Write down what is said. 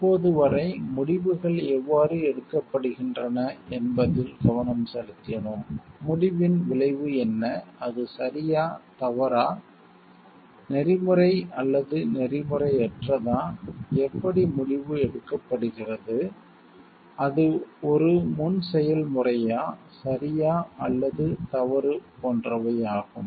இப்போது வரை முடிவுகள் எவ்வாறு எடுக்கப்படுகின்றன என்பதில் கவனம் செலுத்தினோம் முடிவின் விளைவு என்ன அது சரியா தவறா நெறிமுறை எதிக்ஸ் அல்லது நெறிமுறையற்றதா எப்படி முடிவு எடுக்கப்படுகிறது அது ஒரு முன்செயல்முறையா சரியா அல்லது தவறு போன்றவை ஆகும்